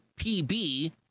pb